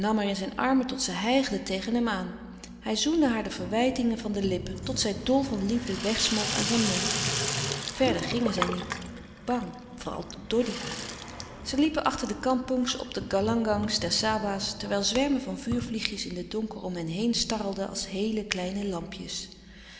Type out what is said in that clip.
zijn armen tot zij hijgde tegen hem aan hij zoende haar de verwijtingen van de lippen tot zij dol van liefde wegsmolt aan zijn mond verder gingen zij niet bang vooral doddy zij liepen achter de kampongs op de galangans der sawahs terwijl zwermen van vuurvliegjes in den donker om hen heen starrelden als heele kleine lampjes